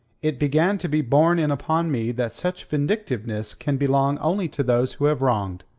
it began to be borne in upon me that such vindictiveness can belong only to those who have wronged.